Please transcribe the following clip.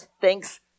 thanks